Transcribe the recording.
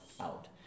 out